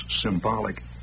symbolic